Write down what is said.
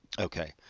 Okay